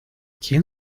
quién